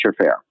Fair